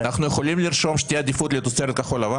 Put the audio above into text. אפשר לרשום שתהיה עדיפות לתוצרת כחול לבן?